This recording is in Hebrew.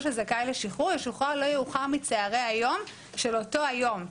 שזכאי לשחרור ישוחרר לא יאוחר מצוהרי היום של אותו היום.